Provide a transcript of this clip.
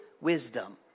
wisdom